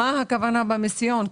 מה הכוונה במיסיון?